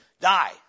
Die